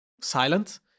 silent